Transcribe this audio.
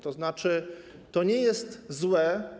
To znaczy, to nie jest złe.